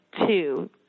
two